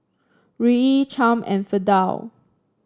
Ruie Chaim and Fidel